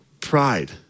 Pride